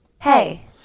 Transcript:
Hey